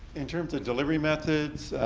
in terms of delivery methods,